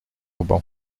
banc